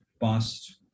past